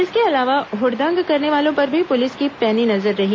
इसके अलावा हडदंग करने वालों पर भी पुलिस की पैनी नजर रही